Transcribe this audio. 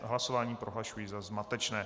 Hlasování prohlašuji za zmatečné.